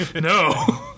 No